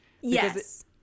Yes